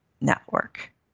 network